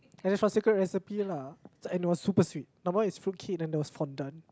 and it's from secret recipe lah and it was super sweet number one is fruit cake then there was fondant